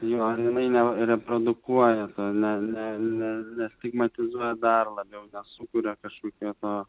jo ar jinai nereprodukuoja to ne ne nestigmatizuoja dar labiau sukuria kažkokią to